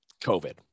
COVID